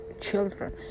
children